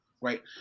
right